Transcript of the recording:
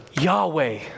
Yahweh